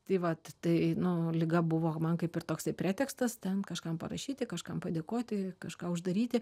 tai vat tai nu liga buvo man kaip ir toks pretekstas ten kažkam parašyti kažkam padėkoti kažką uždaryti